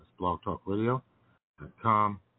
blogtalkradio.com